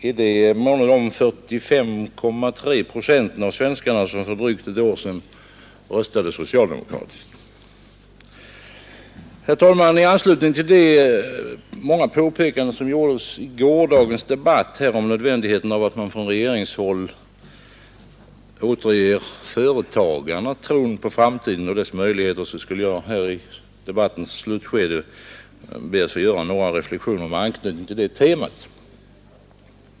Är det de 45,3 procent av svenskarna som för drygt ett år sedan röstade socialdemokratiskt? Herr talman! I anslutning till de många påpekanden som gjordes i gårdagens debatt om nödvändigheten att man från regeringshåll återger företagarna tron på framtiden och dess möjligheter skulle jag här i debattens slutskede vilja göra några reflexioner med anknytning till detta tema.